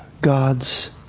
God's